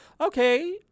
Okay